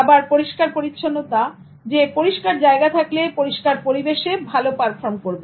আবার পরিষ্কার পরিচ্ছন্নতা যে পরিষ্কার জায়গা থাকলে পরিষ্কার পরিবেশে ভালো পারফর্ম করবে